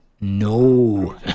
no